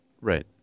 Right